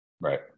right